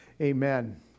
Amen